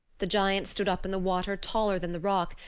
the giant stood up in the water taller than the rock,